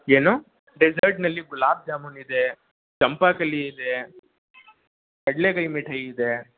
ಏನು ಡೆಝರ್ಟ್ನಲ್ಲಿ ಗುಲಾಬ್ ಜಾಮೂನ್ ಇದೆ ಚಂಪಾಕಲಿ ಇದೆ ಕಡ್ಲೆಕಾಯಿ ಮಿಠಾಯಿ ಇದೆ